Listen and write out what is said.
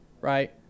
right